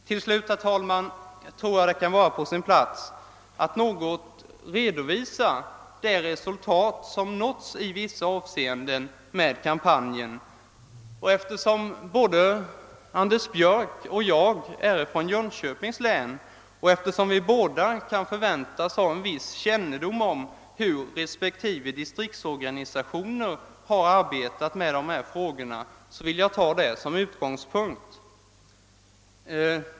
Till slut, herr talman, tror jag att det kan vara på sin plats att något redovisa det resultat som nåtts i vissa avseenden med kampanjen. Eftersom både herr Björck och jag är från Jönköpings län, och eftersom vi båda kan förväntas ha en viss kännedom om hur respektive distriktsorganisationer har arbetat med dessa frågor, vill jag ta detta län som utgångspunkt.